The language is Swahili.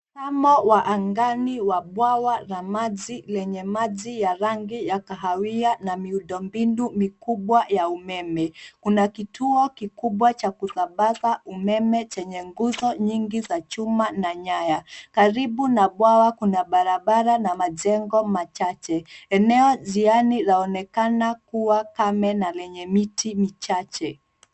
Mtazamo wa angani wa bwawa la maji lenye maji ya rangi ya kahawia na miundo mbinu mikubwa ya umeme, kuna kituo kikubwa cha kusambaza umeme chenye guzo nyingi za chuma na nyaya karibu na bwawa kuna barabara na majengo machache eneo njiani laonekana kuwa kame na lenye miti michache.